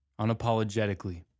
unapologetically